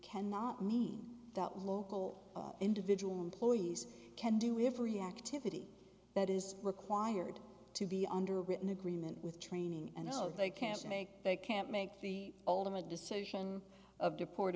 cannot mean that local individual employees can do we have reactivity that is required to be under a written agreement with training and so if they can't make they can't make the ultimate decision of deport